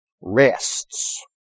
rests